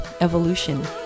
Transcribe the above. evolution